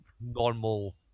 normal